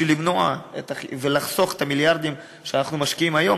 בשביל למנוע ולחסוך את המיליארדים שאנחנו משקיעים היום,